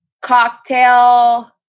Cocktail